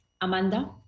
Amanda